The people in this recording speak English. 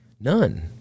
None